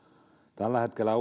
tällä hetkellä